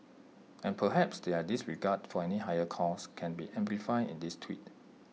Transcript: and perhaps their disregard for any higher cause can be exemplified in this tweet